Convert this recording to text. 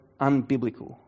unbiblical